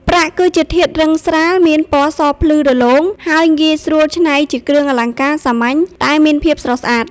ប្រាក់ គឺជាធាតុរឹងស្រាល មានពណ៌សភ្លឺរលោង ហើយងាយស្រួលច្នៃជាគ្រឿងអលង្ការសាមញ្ញតែមានភាពស្រស់ស្អាត។